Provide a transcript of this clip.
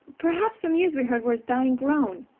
perhaps the mews we heard were his dying groan.